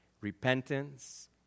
Repentance